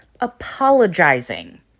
apologizing